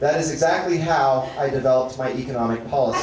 that is exactly how i developed my economic policy